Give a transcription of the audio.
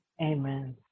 Amen